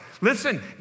Listen